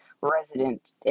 Resident